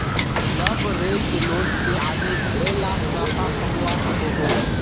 leveraged loan से आदमी भले ला मुनाफ़ा कमवा सकोहो